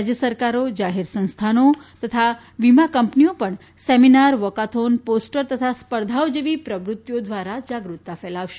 રાજ્ય સરકારો જાહેર સંસ્થાનો તથા વીમા કંપનીઓ પણ સેમિનાર વોકાથોન પોસ્ટર તથા સ્પર્ધાઓ જેવી પ્રવૃત્તિઓ દ્વારા જાગૃતતા ફેલાવશે